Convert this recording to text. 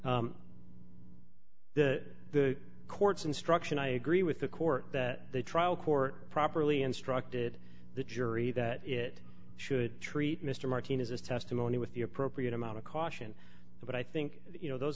the the court's instruction i agree with the court that the trial court properly instructed the jury that it should treat mr martinez's testimony with the appropriate amount of caution but i think you know those